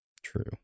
true